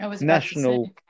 national